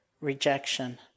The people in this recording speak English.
rejection